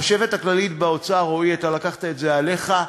החשבת הכללית באוצר, רועי, אתה לקחת את זה עליך,